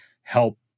help